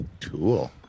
Cool